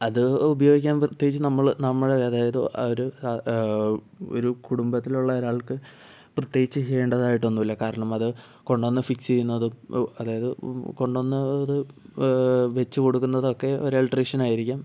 അത് ഉപയോഗിക്കാൻ പ്രത്യേകിച്ച് നമ്മള് നമ്മളല്ല അതായത് ആ ഒരു ഒരു കുടുംബത്തിലുള്ള ഒരാൾക്ക്പ്രത്യേകിച്ച് ചെയ്യേണ്ടതായിട്ട് ഒന്നുമില്ല കാരണം അത് കൊണ്ട് വന്ന് ഫിക്സ് ചെയുന്നതും അതായത് കൊണ്ട് വന്ന് അത് വച്ച് കൊടുക്കുന്നത് ഒക്കെ ഒരു ഇലക്ട്രീഷ്യനായിരിക്കും